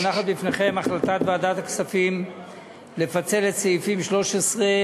מונחת בפניכם החלטת ועדת הכספים לפצל את סעיף 13(14)